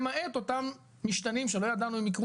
למעט אותם משתנים שלא ידענו עדיין אם הם יקרו